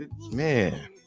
Man